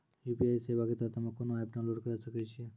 UPI सेवा के तहत हम्मे केना एप्प डाउनलोड करे सकय छियै?